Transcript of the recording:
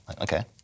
Okay